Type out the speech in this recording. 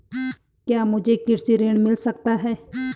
क्या मुझे कृषि ऋण मिल सकता है?